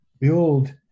build